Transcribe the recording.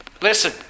Listen